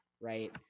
right